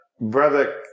brother